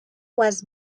was